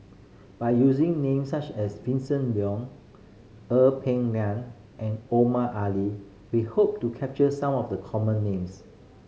by using names such as Vincent Leow Ee Peng Liang and Omar Ali we hope to capture some of the common names